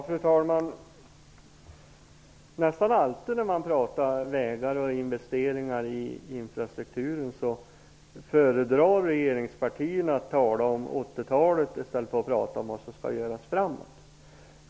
Fru talman! När man pratar om vägar och investeringar i infrastrukturen föredrar nästan alltid regeringspartierna att tala om 80-talet i stället för vad som skall göras i framtiden.